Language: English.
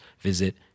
visit